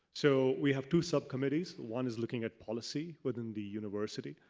so we have two subcommittees. one is looking at policy within the university.